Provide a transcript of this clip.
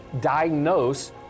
diagnose